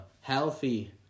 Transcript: healthy